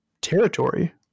territory